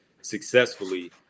successfully